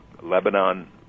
lebanon